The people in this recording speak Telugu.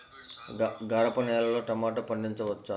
గరపనేలలో టమాటా పండించవచ్చా?